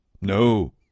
No